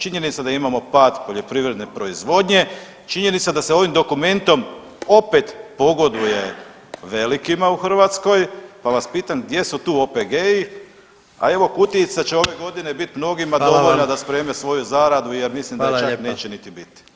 Činjenica da imamo pad poljoprivredne proizvodnje, činjenica da se ovim dokumentom opet pogoduje velikima u Hrvatskoj, pa vas pitam gdje su tu OPG-i, a evo kutijica će ove godine bit mnogima dovoljna da spreme svoju zaradu jer mislim da je čak neće niti biti.